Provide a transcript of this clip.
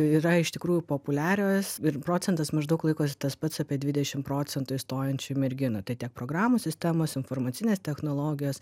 yra iš tikrųjų populiarios ir procentas maždaug laikosi tas pats apie dvidešim procentų įstojančių merginų tai tiek programų sistemos informacinės technologijos